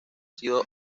sido